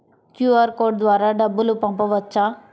QR code ద్వారా డబ్బులు పంపవచ్చా?